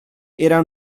era